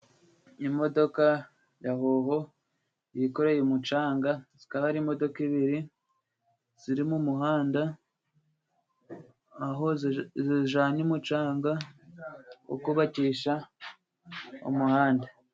Imodoka ya Hoho yikoreye umucanga, akaba ari imodoka ibiri ziri mu muhanda, aho zijanye umucanga wo kubakisha umuhanda.